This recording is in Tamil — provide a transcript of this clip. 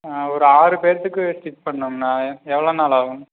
ஒரு ஆறு பேர்த்துக்கு ஸ்டிட் பண்ணுங்கண்ணா எவ்வளோ நாள் ஆகும்